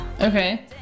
Okay